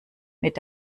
mit